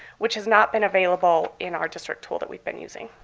which has not been available in our district tool that we've been using.